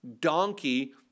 donkey